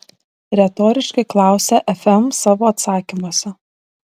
retoriškai klausia fm savo atsakymuose